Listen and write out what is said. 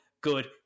good